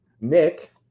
Nick